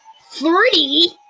Three